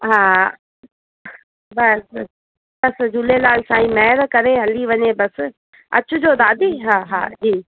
हा बसि बसि बसि झूलेलाल साईं महिर करे हली वञे बसि अचिजो दादी हा हा जी